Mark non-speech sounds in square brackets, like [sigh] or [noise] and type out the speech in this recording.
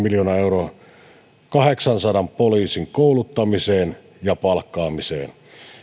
[unintelligible] miljoonaa euroa kahdeksansadan poliisin kouluttamiseen ja palkkaamiseen